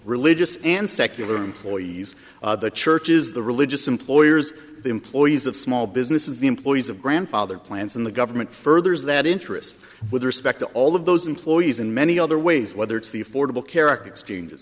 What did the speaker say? religious and secular employees the churches the religious employers the employees of small businesses the employees of grandfather plans and the government furthers that interest with respect to all of those employees in many other ways whether it's the affordable care act exchange